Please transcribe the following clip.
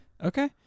Okay